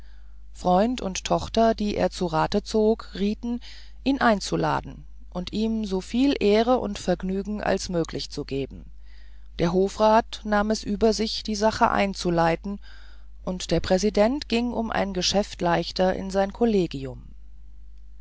freund und tochter die er zu rate zog rieten ihn einzuladen und ihm so viel ehre und vergnügen als möglich zu geben der hofrat nahm es über sich die sache einzuleiten und der präsident ging um ein geschäft leichter in sein kollegium